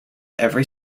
every